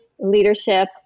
leadership